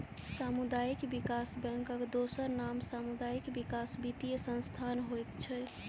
सामुदायिक विकास बैंकक दोसर नाम सामुदायिक विकास वित्तीय संस्थान होइत छै